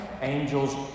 angels